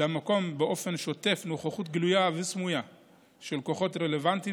במקום באופן שוטף נוכחות גלויה וסמויה של כוחות רלוונטיים